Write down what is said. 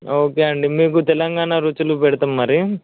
okay అండి మీకు తెలంగాణ రుచులు పెడతాం మరి